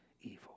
evil